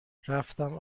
رفتم